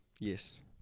Yes